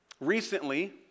Recently